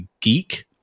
geek